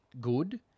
good